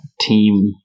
team